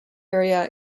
area